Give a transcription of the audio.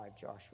Joshua